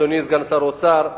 אדוני סגן שר האוצר,